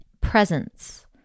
presence